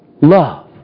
love